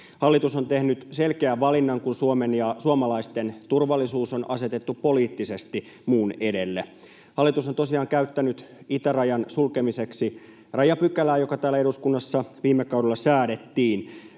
Hallitus on tehnyt selkeän valinnan, kun Suomen ja suomalaisten turvallisuus on asetettu poliittisesti muun edelle. Hallitus on tosiaan käyttänyt itärajan sulkemiseksi rajapykälää, joka täällä eduskunnassa viime kaudella säädettiin.